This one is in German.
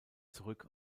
zurück